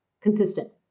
consistent